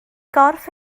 gorff